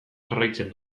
jarraitzen